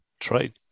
trade